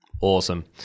Awesome